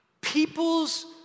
people's